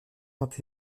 vingt